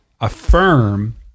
affirm